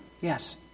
Yes